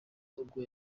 ubwo